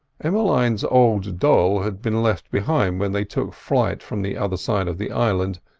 emmeline's old doll had been left behind when they took flight from the other side of the island,